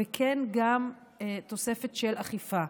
וכן תוספת של אכיפה.